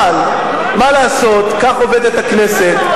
אבל מה לעשות, כך עובדת הכנסת.